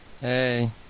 Hey